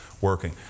working